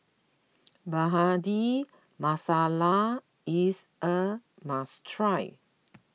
Bhindi Masala is a must try